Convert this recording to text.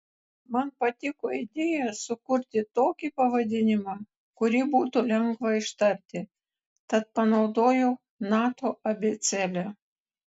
man patiko idėja sukurti tokį pavadinimą kurį būtų lengva ištarti tad panaudojau nato abėcėlę